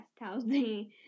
housing